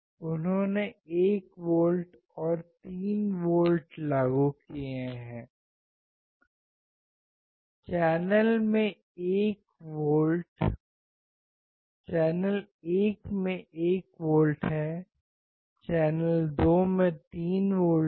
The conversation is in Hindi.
उन्होंने 1 वोल्ट और 3 वोल्ट लागू किए हैं चैनल 1 में 1 वोल्ट है चैनल 2 में 3 वोल्ट हैं